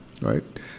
Right